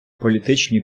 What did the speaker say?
політичні